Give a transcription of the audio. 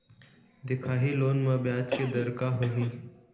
दिखाही लोन म ब्याज के दर का होही?